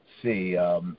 See